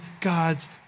God's